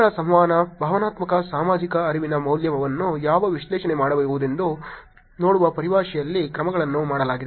ವಿಷಯಗಳ ಸಂವಹನ ಭಾವನಾತ್ಮಕ ಸಾಮಾಜಿಕ ಅರಿವಿನ ಮೌಲ್ಯಮಾಪನವನ್ನು ಯಾವ ವಿಶ್ಲೇಷಣೆ ಮಾಡಬಹುದೆಂಬುದನ್ನು ನೋಡುವ ಪರಿಭಾಷೆಯಲ್ಲಿ ಕ್ರಮಗಳನ್ನು ಮಾಡಲಾಗಿದೆ